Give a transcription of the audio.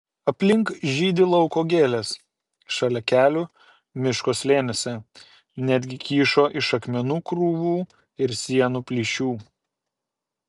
aplink žydi lauko gėlės šalia kelių miško slėniuose netgi kyšo iš akmenų krūvų ir sienų plyšių